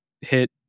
hit